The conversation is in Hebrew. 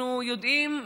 אנחנו יודעים,